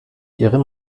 ihre